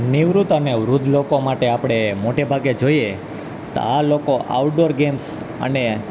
નિવૃત અને વૃદ્ધ લોકો માટે આપણે મોટે ભાગે જોઈએ તો આ લોકો આઉટ ડોર્સ ગેમ્સ અને